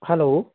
hello